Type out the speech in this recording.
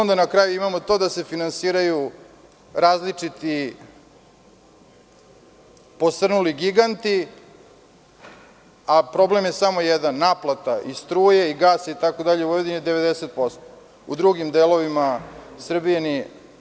Na kraju imamo to da se finansiraju različiti posrnuli giganti, a problem je samo jedan – naplata struje, gasa itd. u Vojvodini 90%, u drugim delovima Srbije nije.